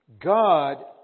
God